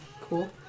Cool